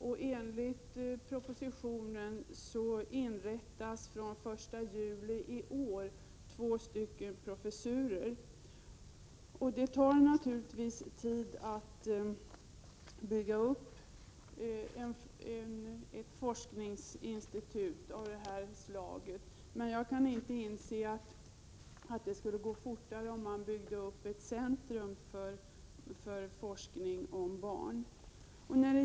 Enligt propositionens förslag inrättas från den 1 juli i år två professurer för denna forskning. Det tar naturligtvis tid att bygga uppett forskningsinstitut av det här slaget, men jag kan inte inse att det skulle gå fortare om man byggde upp ett centrum för forskning om barn.